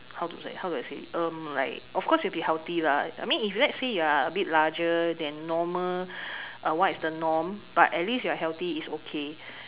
how to say how do I say um like of course you will be healthy lah I mean if let's say you are a bit larger than normal uh what is the norm but at least you are healthy is okay